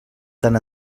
tant